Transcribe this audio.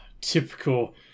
typical